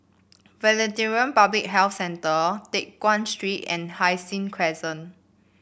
Veterinary Public Health Centre Teck Guan Street and Hai Sing Crescent